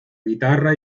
guitarra